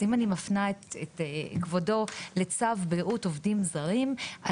אם אני מפנה את כבודו לצו בראות עובדים זרים,